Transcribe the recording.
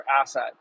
asset